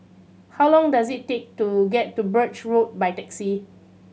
how long does it take to get to Birch Road by taxi